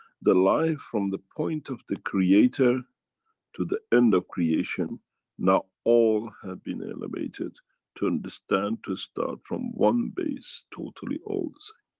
the life from the point of the creator to the end of creation now all have been elevated to understand to start from one base totally all the same.